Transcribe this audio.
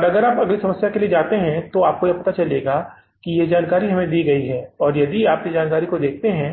और अगर आप अगली समस्या के लिए जाते हैं तो आपको यहां पता चलेगा कि यह जानकारी हमें दी गई है और यदि आप इस जानकारी को देखते हैं